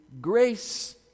grace